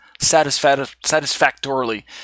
satisfactorily